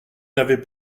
n’avait